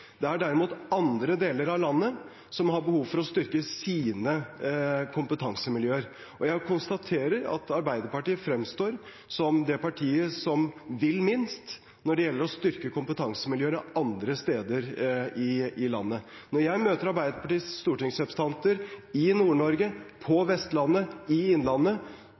Det er derimot andre deler av landet som har behov for å styrke sine kompetansemiljøer, og jeg konstaterer at Arbeiderpartiet fremstår som det partiet som vil minst når det gjelder å styrke kompetansemiljøene andre steder i landet. Når jeg møter Arbeiderpartiets stortingsrepresentanter i Nord-Norge, på Vestlandet, i Innlandet,